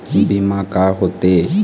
बीमा का होते?